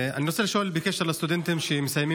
אני רוצה לשאול בקשר לסטודנטים שמסיימים